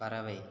பறவை